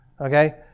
Okay